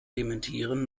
dementieren